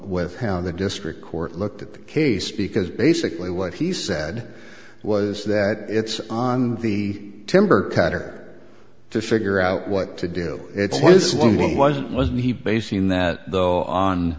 with how the district court looked at the case because basically what he said was that it's on the timber cutter to figure out what to do it's what this one wasn't wasn't he basing that though on